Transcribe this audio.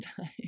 time